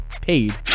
Paid